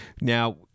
Now